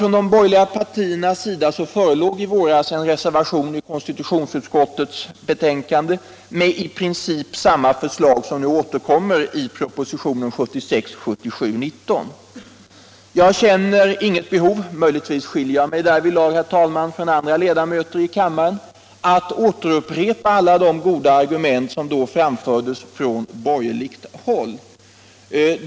Från de borgerliga partierna förelåg i våras en reservation till konstitutionsutskottets betänkande med i princip samma förslag som nu återkommer i propositionen 1976/77:19. Jag känner inget behov — möjligen skiljer jag mig därvidlag från vissa andra ledamöter i kammaren — att här upprepa alla de goda argument som då framfördes från borgerligt håll.